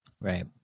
right